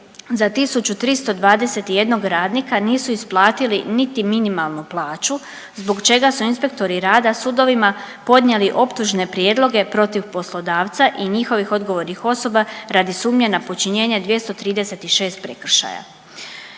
za 1321 radnika nisu isplatili niti minimalnu plaću zbog čega su inspektori rada sudovima podnijeli optužne prijedloge protiv poslodavca i njihovih odgovornih osoba radi sumnje na počinjenje 236 prekršaja.